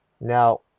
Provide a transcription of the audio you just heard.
Now